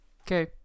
Okay